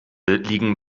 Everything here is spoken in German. liegen